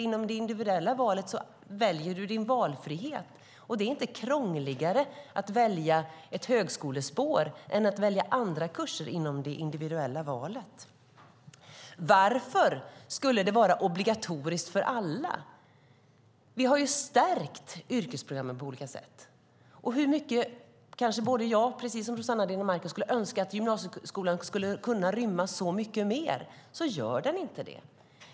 Inom det individuella valet väljer du din valfrihet. Det är inte krångligare att välja ett högskolespår än att välja andra kurser inom det individuella valet. Varför skulle det vara obligatoriskt för alla? Vi har stärkt yrkesprogrammen på olika sätt. Hur mycket än jag precis som Rossana Dinamarca skulle önska att gymnasieskolan skulle kunna rymma så mycket mer så gör den inte det.